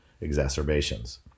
exacerbations